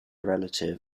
relative